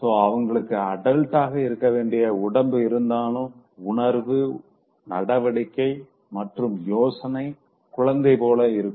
so அவங்களுக்கு அடல்ட்க்கு இருக்க வேண்டிய உடம்பு இருந்தாலு உணர்வு நடவடிக்கை மற்றும் யோசனை குழந்தை போல இருக்கும்